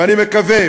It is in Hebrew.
ואני מקווה,